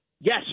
Yes